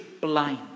blind